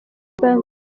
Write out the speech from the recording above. banking